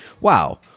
wow